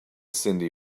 cyndi